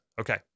Okay